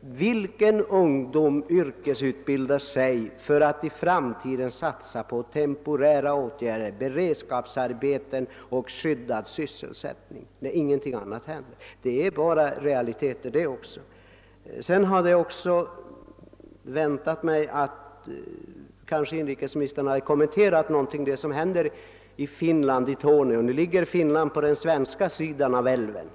Vilken ungdom yrkesutbildar sig för att i framtiden satsa på temporära åtgärder, beredskapsarbeten och skyddad sysselsättning när ingenting annat händer? Även detta är realiteter. Jag hade kanske väntat mig att inrikesministern skulle kommentera det som händer i Torneå, på den finska sidan av älven.